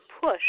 push